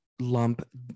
lump